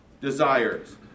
desires